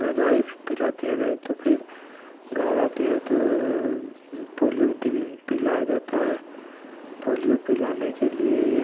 महिलाएँ पिलाती हैं नहीं तो फिर घर आती हैं तो पोलियो जिस दिन पिलाया जाता है पोलियो पिलाने के लिए